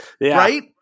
right